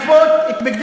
זה כמו שעיכבו,